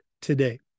today